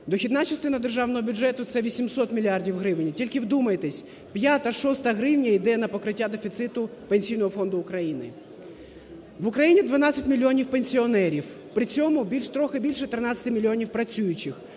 Дохідна частина державного бюджету – це 800 мільярдів гривень. Тільки вдумайтесь, п'ята, шоста гривня йде на покриття дефіциту Пенсійного фонду України. В Україні 12 мільйонів пенсіонерів, при цьому трохи більше 13 мільйонів працюючих,